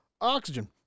Oxygen